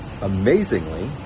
amazingly